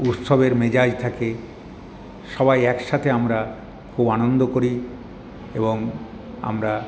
উৎসবের মেজাজ থাকে সবাই একসাথে আমরা খুব আনন্দ করি এবং আমরা